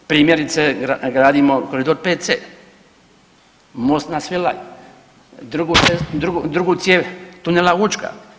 Primjerice gradimo koridor 5C, most na Svilaju, drugu cijev tunela Učka.